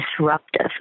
disruptive